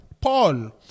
Paul